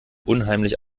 unheimlich